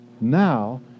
now